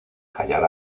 callar